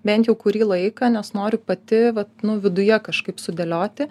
bent jau kurį laiką nes noriu pati vat nu viduje kažkaip sudėlioti